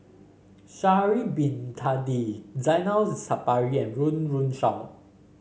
Sha'ari Bin Tadin Zainal Sapari and Run Run Shaw